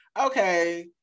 okay